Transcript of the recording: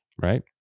right